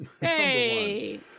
Hey